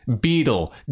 Beetle